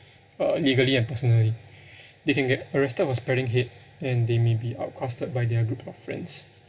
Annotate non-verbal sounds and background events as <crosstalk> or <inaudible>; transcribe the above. uh legally and personally <breath> they can get arrested for spreading hate and they may be outcasted by their group of friends